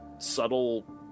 subtle